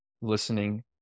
listening